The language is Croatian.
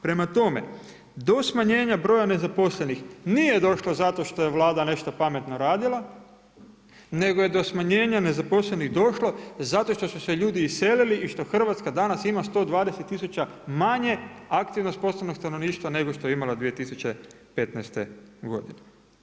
Prema tome, do smanjenja broja nezaposlenih, nije došlo zato što je Vlada nešto pametno radila, nego je do smanjenja nezaposlenih došlo zato što su se ljudi iselili i što Hrvatska danas ima 120 tisuća manje aktivno sposobnog stanovništva nego što je imala 2015. godine.